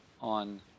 on